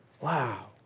Wow